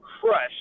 crushed